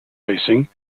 racing